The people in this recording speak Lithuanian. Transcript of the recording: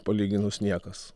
palyginus niekas